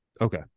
okay